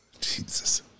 Jesus